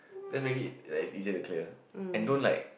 just make it like it's easier to clear and don't like